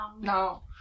No